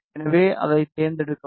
எனவே அதைத் தேர்ந்தெடுக்கவும்